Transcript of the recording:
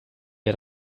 wir